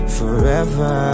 forever